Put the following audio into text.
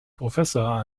professor